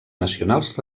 nacionals